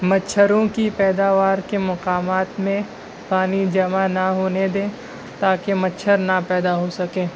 مچھروں کی پیداوار کے مقامات میں پانی جمع نہ ہونے دیں تاکہ مچھر نہ پیدا ہو سکیں